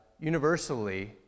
universally